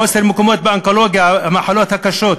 חוסר מקומות באונקולוגיה, במחלות הקשות.